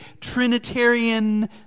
Trinitarian